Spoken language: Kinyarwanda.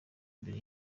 imbere